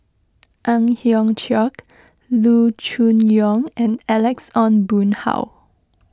Ang Hiong Chiok Loo Choon Yong and Alex Ong Boon Hau